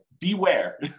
beware